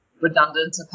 redundant